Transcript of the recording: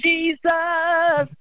Jesus